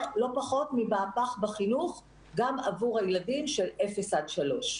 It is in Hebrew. לא פחות ממהפך בחינוך גם עבור הילדים של אפס עד שלוש.